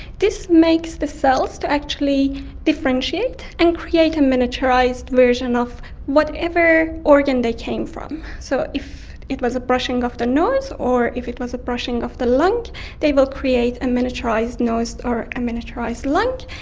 this makes the cells actually differentiate and create a miniaturised version of whatever organ they came from. so if it was a brushing of the nose or if it was a brushing of the lung they will create a miniaturised nose or a miniaturised lung.